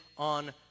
On